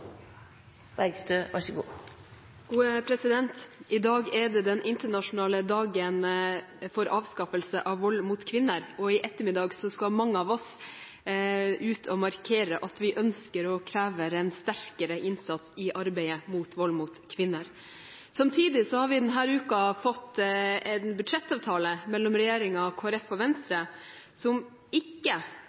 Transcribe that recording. det den internasjonale dagen for avskaffelse av vold mot kvinner, og i ettermiddag skal mange av oss ut og markere at vi ønsker og krever en sterkere innsats i arbeidet mot vold mot kvinner. Samtidig har vi denne uken fått en budsjettavtale mellom regjeringspartiene, Kristelig Folkeparti og Venstre som ikke